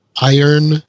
Iron